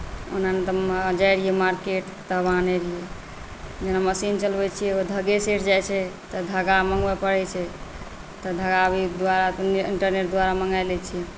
ओना तऽ जाइत रहियै मार्केट तब आनैत रहियै जेना मशीन चलबैत छियै तऽ ओ धागे सठि जाइत छै तऽ धागा मङ्गबय पड़ैत छै तऽ धागा आब इण्टरनेट द्वारा अपने मङ्गा लैत छी